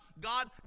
God